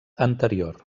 anterior